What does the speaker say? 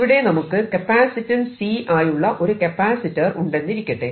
ഇവിടെ നമുക്ക് capacitance C ആയുള്ള ഒരു കപ്പാസിറ്റർ ഉണ്ടെന്നിരിക്കട്ടെ